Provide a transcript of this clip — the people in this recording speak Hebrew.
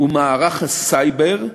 ובמערך הסייבר,